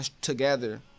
together